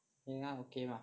应该 okay lah